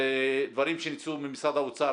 זה דברים שיצאו ממשרד האוצר.